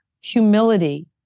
humility